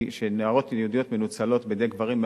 שנערות יהודיות מנוצלות בידי גברים,